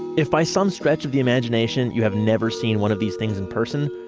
if by some stretch of the imagination you have never seen one of these things in person,